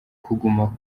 kuguma